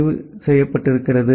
தெரிவு செய்யப்பட்டிருக்கிறது